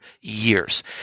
years